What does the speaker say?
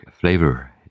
flavor